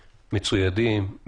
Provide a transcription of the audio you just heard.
מצוידים,